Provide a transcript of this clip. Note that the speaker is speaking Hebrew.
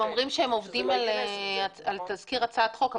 הם אומרים שהם עובדים על תזכיר הצעת חוק,